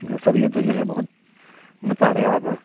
سر یہ تو جو ہے بہت بتا رہے آپ